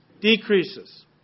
decreases